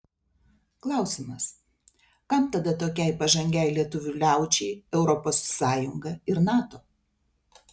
klausimas kam tada tokiai pažangiai lietuvių liaudžiai europos sąjunga ir nato